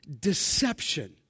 deception